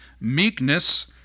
meekness